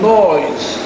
noise